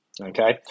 Okay